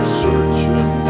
searching